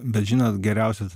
bet žinot geriausias